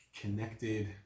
connected